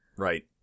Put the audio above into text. right